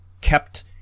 kept